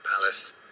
palace